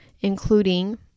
including